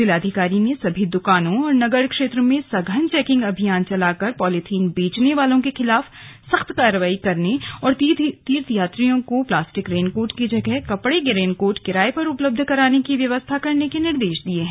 जिलाधिकारी ने सभी दुकानों और नगर क्षेत्र में सघन चौकिंग अभियान चलाकर पॉलीथीन बेचने वालों के खिलाफ सख्त कार्रवाई करने और तीर्थयात्रियों को प्लास्टिक रेनकोट की जगह कपड़े के रेनकोट किराए पर उपलब्ध कराने की व्यवस्था करने के निर्देश दिये हैं